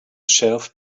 shelf